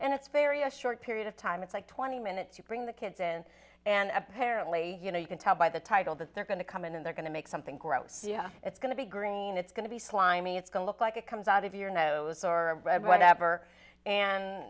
and it's very a short period of time it's like twenty minutes you bring the kids in and apparently you know you can tell by the title that they're going to come in and they're going to make something gross it's going to be green it's going to be slimy it's going to look like it comes out of your nose or whatever and